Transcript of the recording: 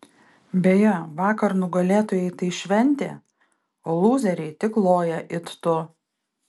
beje vakar nugalėtojai tai šventė o lūzeriai tik loja it tu